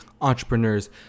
entrepreneurs